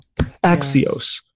axios